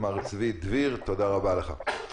מר צבי דביר, תודה רבה לך.